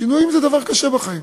שינויים זה דבר קשה בחיים.